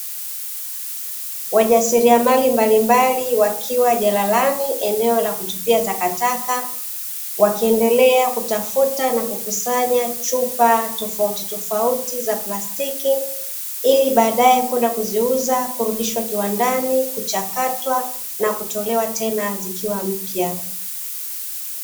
Wajasiliamali mbalimbali, wakiwa jalalani eneo la kutupia takataka, wakiendelea kutafuta na kukusanya chupa tofautitofauti za plastiki ili baadae kwenda kuziuza, kurudishwa kiwandani, kuchakatwa na kutolewa tena zikiwa mpya.